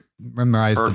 Memorize